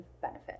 benefit